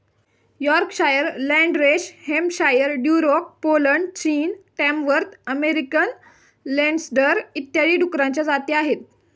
Yorkshire, Landrace Hampshire, Duroc Poland, चीन, Tamworth American Landrace इत्यादी डुकरांच्या जाती आहेत